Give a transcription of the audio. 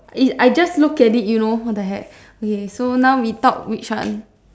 is I just look it you know what the heck okay so now we talk which one